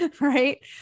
right